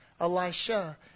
Elisha